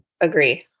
Agree